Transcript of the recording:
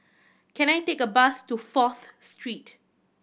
can I take a bus to Fourth Street